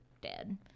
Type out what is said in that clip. dead